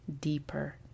deeper